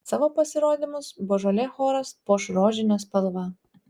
savo pasirodymus božolė choras puoš rožine spalva